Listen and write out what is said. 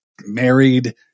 married